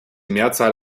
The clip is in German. mehrzahl